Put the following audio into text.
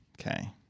Okay